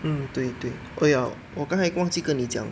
mm 对对 oh ya 我刚才忘记跟你讲